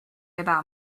about